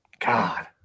God